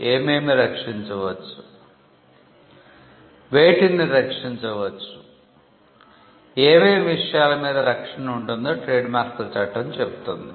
ఏమేమి విషయాల మీద రక్షణ ఉంటుందో ట్రేడ్మార్క్ల చట్టం చెబుతుంది